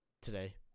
today